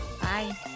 Bye